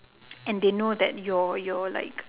and they know that your your like